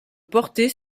portée